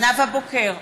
נאוה בוקר,